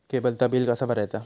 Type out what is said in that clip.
केबलचा बिल कसा भरायचा?